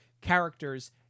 characters